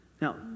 Now